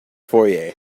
foyer